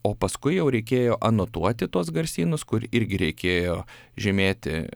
o paskui jau reikėjo anotuoti tuos garsynus kur irgi reikėjo žymėti